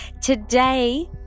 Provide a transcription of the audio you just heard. Today